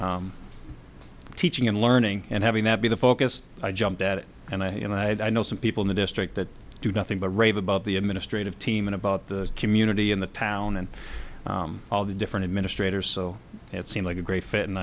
in teaching and learning and having that be the focus i jumped at it and i you know i had i know some people in the district that do nothing but rave about the administrative team and about the community and the town and all the different administrators so it seemed like a great fit and